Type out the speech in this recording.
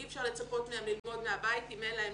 אי אפשר לצפות מהם ללמוד מהבית אם אין להם,